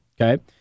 Okay